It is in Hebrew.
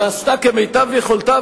ועשתה כמיטב יכולתה,